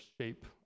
shape